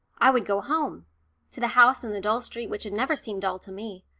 i would go home to the house in the dull street which had never seemed dull to me!